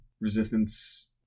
resistance